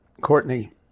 Courtney